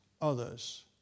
others